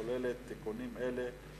הכוללת תיקונים אלה: